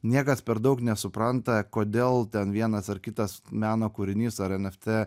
niekas per daug nesupranta kodėl ten vienas ar kitas meno kūrinys ar eft